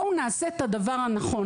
בואו נעשה את הדבר הנכון.